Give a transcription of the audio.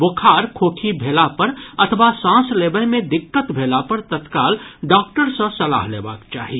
बोखार खोखी भेला पर अथवा सांस लेबय मे दिक्कत भेला पर तत्काल डॉक्टर सँ सलाह लेबाक चाही